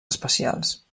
especials